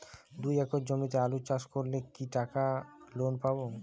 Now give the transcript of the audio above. দুই একর জমিতে আলু চাষ করলে কি টাকা লোন পাবো?